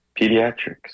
pediatrics